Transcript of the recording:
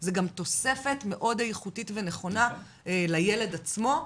זה גם תוספת מאוד איכותית ונכונה לילד עצמו,